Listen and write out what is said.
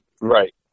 right